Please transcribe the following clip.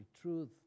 truth